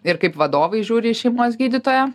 ir kaip vadovai žiūri į šeimos gydytoją